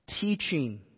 teaching